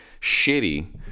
shitty